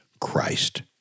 Christ